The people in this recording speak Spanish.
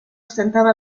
ostentaba